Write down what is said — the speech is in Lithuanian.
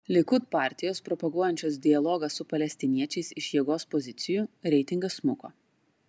likud partijos propaguojančios dialogą su palestiniečiais iš jėgos pozicijų reitingas smuko